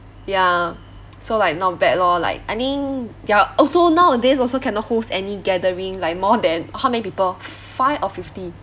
ya so like not bad lor like I think ya also nowadays also cannot host any gathering like more than how many people five or fifteen